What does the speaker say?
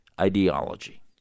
ideology